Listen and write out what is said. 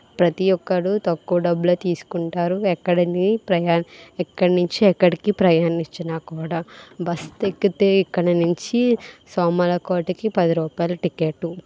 ప్రతి ఒక్కరు తక్కువ డబ్బులే తీసుకుంటారు ఎక్కడ ప్రయాణం ఎక్కడ ప్రయా ఇక్కడ నుంచి ఎక్కడికి ప్రయాణించినా కూడా బస్సు ఎక్కితే ఇక్కడ నుంచి సామర్లకోటకి పది రూపాయలు టిక్కెట్